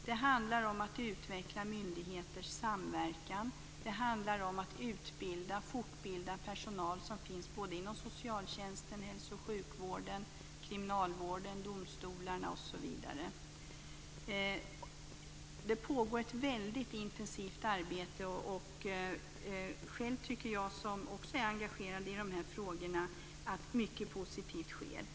Det handlar om att utveckla myndigheters samverkan, och det handlar om att utbilda och fortbilda personal som finns både inom socialtjänsten, hälso och sjukvården, kriminalvården, domstolarna osv. Det pågår ett intensivt arbete. Själv tycker jag, som också är engagerad i de här frågorna, att mycket positivt sker.